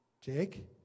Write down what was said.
Jake